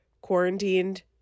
quarantined